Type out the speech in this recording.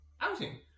outing